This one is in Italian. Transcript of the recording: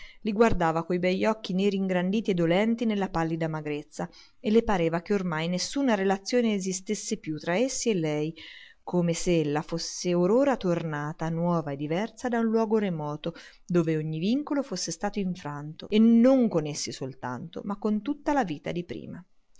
guardava coi begli occhi neri ingranditi e dolenti nella pallida magrezza e le pareva che ormai nessuna relazione esistesse più tra essi e lei come se ella fosse or ora tornata nuova e diversa da un luogo remoto dove ogni vincolo fosse stato infranto non con essi soltanto ma con tutta la vita di prima